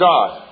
God